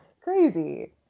Crazy